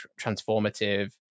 transformative